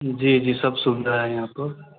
जी जी सब सुविधा है वहाँ पर